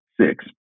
Six